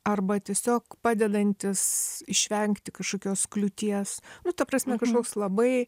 arba tiesiog padedantis išvengti kažkokios kliūties nu ta prasme kažkoks labai